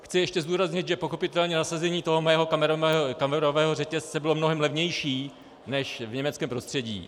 Chci ještě zdůraznit, že pochopitelně nasazení toho mého kamerového řetězce bylo mnohem levnější než v německém prostředí.